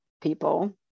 people